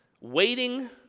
Waiting